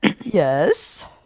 yes